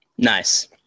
Nice